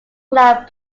club